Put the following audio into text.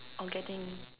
or getting